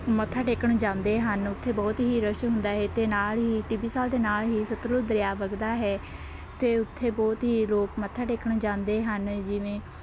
ਮੱਥਾ ਟੇਕਣ ਜਾਂਦੇ ਹਨ ਉੱਥੇ ਬਹੁਤ ਹੀ ਰਸ਼ ਹੁੰਦਾ ਹੈ ਅਤੇ ਨਾਲ਼ ਹੀ ਟਿੱਬੀ ਸਾਹਿਬ ਦੇ ਨਾਲ਼ ਹੀ ਸਤਲੁਜ ਦਰਿਆ ਵੱਗਦਾ ਹੈ ਅਤੇ ਉੱਥੇ ਬਹੁਤ ਹੀ ਲੋਕ ਮੱਥਾ ਟੇਕਣ ਜਾਂਦੇ ਹਨ ਜਿਵੇਂ